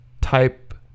type